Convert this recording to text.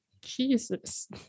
Jesus